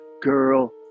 Girl